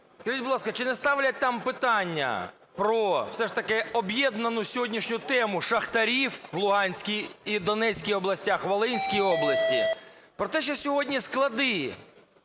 Скажіть, будь ласка, чи не ставлять там питання про все ж таки об'єднану сьогоднішню тему шахтарів в Луганській і Донецькій областях, Волинській області, про те, що сьогодні склади